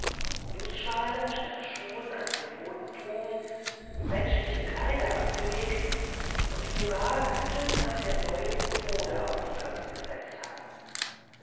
nußschalen statt schuhen an den pfoten trugen menschliche kleider angelegt und sogar hüte nach der neuesten mode auf die köpfe gesetzt hatten